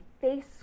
face